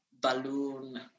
balloon